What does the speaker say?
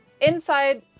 inside